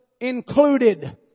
included